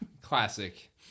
classic